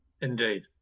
Indeed